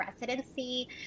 residency